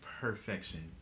perfection